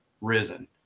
risen